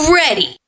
ready